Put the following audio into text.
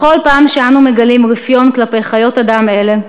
בכל פעם שאנו מגלים רפיון כלפי חיות אדם אלה,